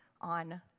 on